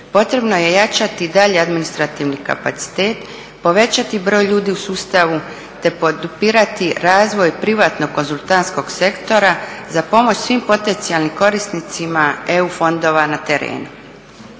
Potrebno je jačati i dalje administrativni kapacitet, povećati broj ljudi u sustavu te podupirati razvoj privatnog konzultantskog sektora za pomoć svim potencijalnim korisnicima EU fondova na terenu.